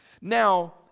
Now